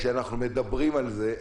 כשאנחנו מדברים על זה,